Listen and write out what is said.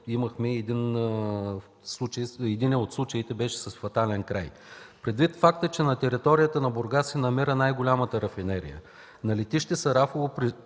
за съжаление, единият от случаите беше с фатален край. Предвид факта, че на територията на Бургас се намира най-голямата рафинерия, на летище „Сарафово”